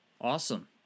Awesome